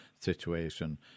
situation